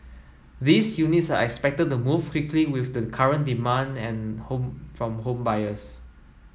these units are expected the move quickly with the current demand and home from home buyers